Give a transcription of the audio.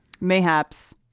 Mayhaps